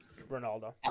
Ronaldo